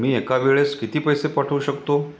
मी एका वेळेस किती पैसे पाठवू शकतो?